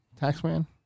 Taxman